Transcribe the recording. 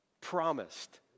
promised